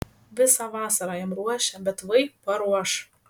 visą vasarą jam ruošia bet vai paruoš